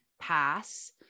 pass